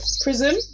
prison